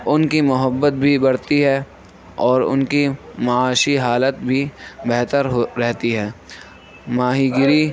اُن کی محبت بھی بڑھتی ہے اور اُن کی معاشی حالت بھی بہتر ہو رہتی ہے ماہی گیری